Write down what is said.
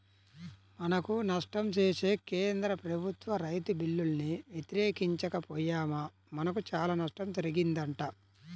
మనకు నష్టం చేసే కేంద్ర ప్రభుత్వ రైతు బిల్లుల్ని వ్యతిరేకించక పొయ్యామా మనకు చానా నష్టం జరిగిద్దంట